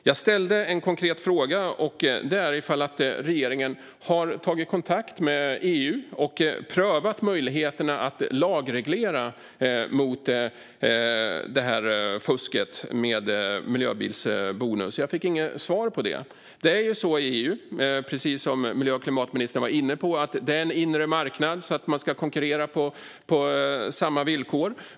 Jag ställde en konkret fråga huruvida regeringen har tagit kontakt med EU och prövat möjligheterna att lagreglera mot fusket med miljöbilsbonus. Jag fick inget svar på det. Som miljö och klimatministern var inne på är det en inre marknad i EU, och man ska konkurrera på samma villkor.